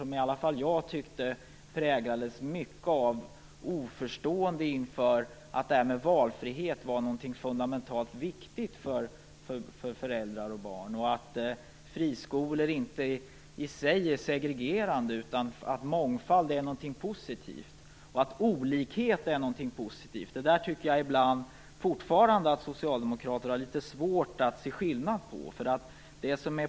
I alla fall jag tyckte att den präglades mycket av oförståelse inför att valfrihet är något fundamentalt viktigt för föräldrar och barn, och att friskolor i sig inte är segregerande utan att mångfald och olikhet är någonting positivt. Ibland tycker jag att socialdemokrater fortfarande har litet svårt att se skillnad på detta.